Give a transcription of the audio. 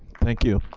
thank you.